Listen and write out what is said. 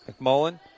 McMullen